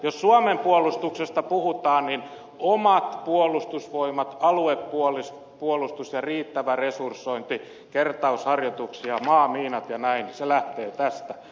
jos suomen puolustuksesta puhutaan niin omat puolustusvoimat aluepuolustus ja riittävä resursointi kertausharjoituksia maamiinat ja näin se lähtee tästä